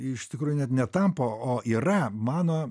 iš tikrųjų net netampa o yra mano